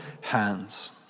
hands